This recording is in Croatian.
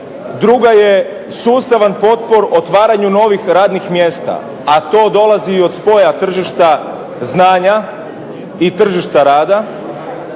Druga je sustavan potpor otvaranju novih radnih mjesta, a to dolazi i od spoja tržišta znanja i tržišta rada